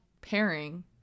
pairing